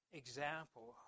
example